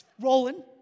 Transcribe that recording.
Rolling